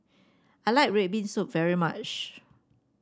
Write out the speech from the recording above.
I like red bean soup very much